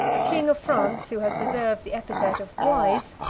a king of france, who has deserved the epithet of wise,